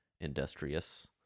industrious